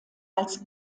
als